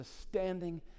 standing